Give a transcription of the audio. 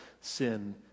sin